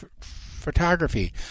photography